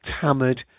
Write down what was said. hammered